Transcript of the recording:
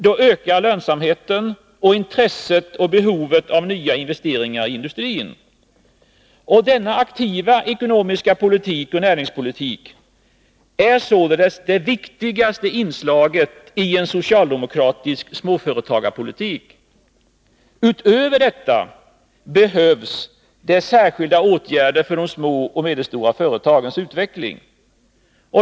Då ökar lönsamheten och intresset för och behovet av nya investeringar i indu Denna aktiva ekonomiska politik och näringspolitik är således det viktigaste inslaget i en socialdemokratisk småföretagspolitik. Utöver detta behövs det särskilda åtgärder för de små och medelstora företagens utveckling.